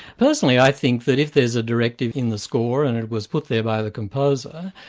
personally, i think that if there's a directive in the score and it was put there by the composer,